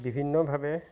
বিভিন্নভাৱে